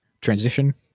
Transition